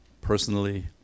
personally